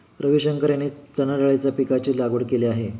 रविशंकर यांनी चणाडाळीच्या पीकाची लागवड केली आहे